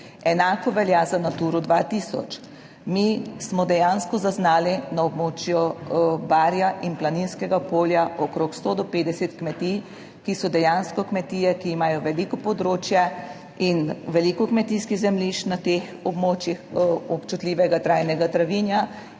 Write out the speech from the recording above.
Enako velja za Naturo 2000. Mi smo dejansko zaznali na območju Barja in Planinskega polja okrog 100 do 50 kmetij, ki so dejansko kmetije, ki imajo veliko področje in veliko kmetijskih zemljišč na teh območjih občutljivega trajnega travinja